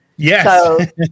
Yes